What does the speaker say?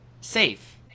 safe